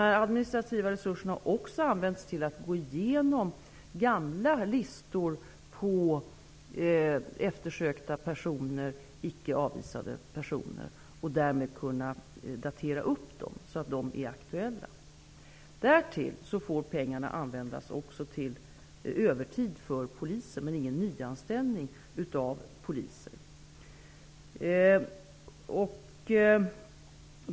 De administrativa resurserna har också använts till att gå igenom gamla listor på eftersökta icke avvisade personer och för att därmed kunna uppdatera dem så att de är aktuella. Därtill får pengarna användas också till övertid för poliser, men inte för nyanställning av poliser.